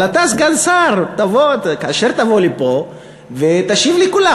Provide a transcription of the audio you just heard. אבל אתה סגן שר, תבוא כאשר תבוא לפה ותשיב לכולם.